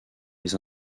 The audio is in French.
les